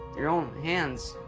your own hands.